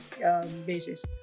basis